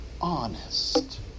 honest